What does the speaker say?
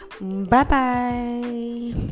Bye-bye